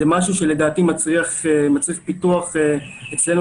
זה משהו שלדעתי מצריך פיתוח אצלנו